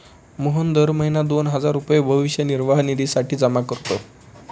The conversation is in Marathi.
मोहन दर महीना दोन हजार रुपये भविष्य निर्वाह निधीसाठी जमा करतो